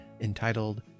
entitled